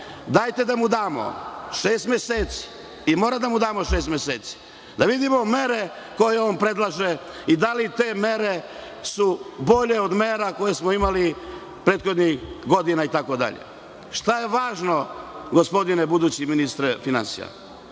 Dajte da mu damo šest meseci i moramo da mu damo šest meseci da vidimo mere koje on predlaže i da li te mere su bolje od mera koje smo imali prethodnih godina i itd. Šta je važno gospodine budući ministre finansija?